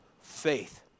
faith